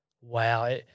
wow